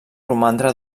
romandre